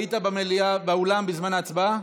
היית במליאה בזמן ההצבעה?